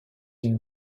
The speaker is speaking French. une